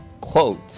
Quote